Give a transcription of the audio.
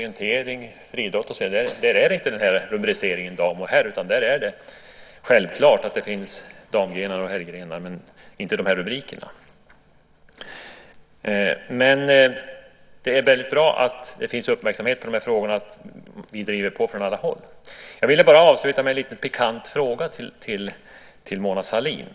Inom orientering, friidrott och så vidare finns inte den här rubriceringen. Där är det självklart att det finns damgrenar och herrgrenar, men man har inte de här rubrikerna. Det är bra att det finns uppmärksamhet på de här frågorna och att vi driver på från alla håll. Jag vill avsluta med en liten pikant fråga till Mona Sahlin.